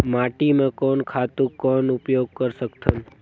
माटी म कोन खातु कौन उपयोग कर सकथन?